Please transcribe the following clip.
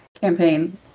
campaign